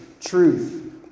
truth